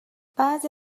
بعضی